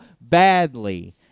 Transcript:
badly